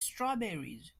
strawberries